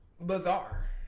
bizarre